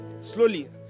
slowly